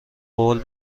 قول